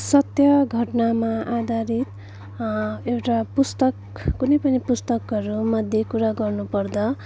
सत्य घटनामा आधारित एउटा पुस्तक कुनै पनि पुस्तकहरू मध्ये कुरा गर्नु पर्दा